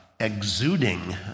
Exuding